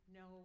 no